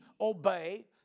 obey